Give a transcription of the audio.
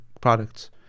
products